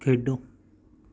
ਖੇਡੋ